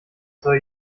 soll